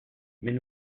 mais